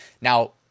Now